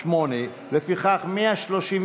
של קבוצת סיעת